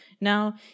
Now